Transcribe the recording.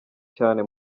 cyane